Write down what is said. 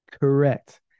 Correct